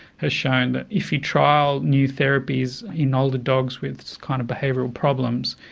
has shown that if you trial new therapies in older dogs with kind of behavioural problems,